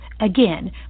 Again